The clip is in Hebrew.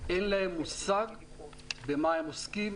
אין להם מושג במה הם עוסקים,